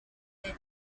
their